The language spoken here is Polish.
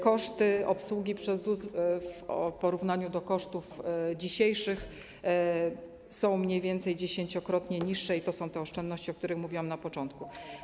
Koszty obsługi przez ZUS w porównaniu do dzisiejszych kosztów są mniej więcej dziesięciokrotnie niższe i to są te oszczędności, o których mówiłam na początku.